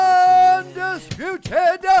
undisputed